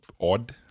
odd